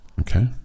Okay